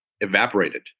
evaporated